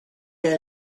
der